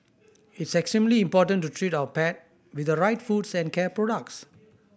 it's extremely important to treat our pet with the right foods and care products